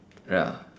ya